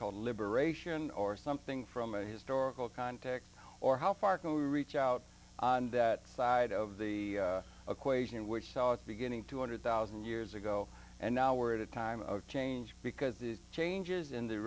called a liberation or something from a historical context or how far can we reach out on that side of the equation which saw it beginning two hundred thousand years ago and now we're at a time of change because the changes in